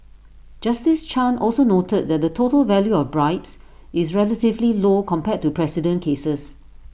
justice chan also noted that the total value of bribes is relatively low compared to precedent cases